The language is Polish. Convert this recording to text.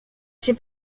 się